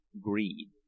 greed